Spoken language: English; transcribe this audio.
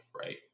right